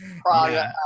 project